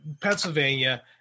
Pennsylvania